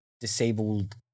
disabled